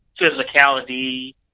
physicality